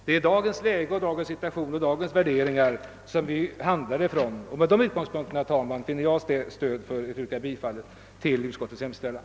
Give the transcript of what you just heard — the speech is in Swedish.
Det är utifrån dagens situation och dagens värderingar vi handlar. I dessa omständigheter, herr talman, finner jag stöd för mitt yrkande om bifall till utskottets hemställan.